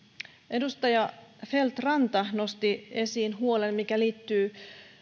edustaja feldt ranta nosti esiin huolen joka liittyy